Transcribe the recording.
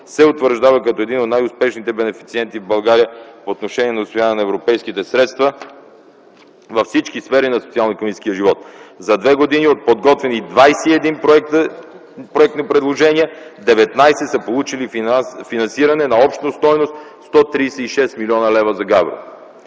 се утвърждава като един от най-успешните бенефициенти в България по отношение на усвояване на европейските средства във всички сфери на социално-икономическия живот. За две години от подготвени 21 проектни предложения 19 са получили финансиране на обща стойност от 36 млн. лв. за Габрово.